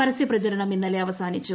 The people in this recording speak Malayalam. പരസ്യപ്രചരണം ഇന്നലെഅവസാനിച്ചു